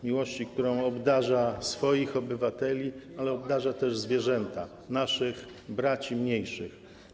Miłości, którą obdarza swoich obywateli, ale obdarza też zwierzęta, naszych braci mniejszych.